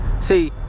See